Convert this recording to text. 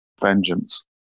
Vengeance